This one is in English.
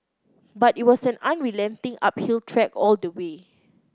but it was an unrelenting uphill trek all the way